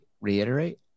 Reiterate